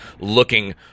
looking